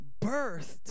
birthed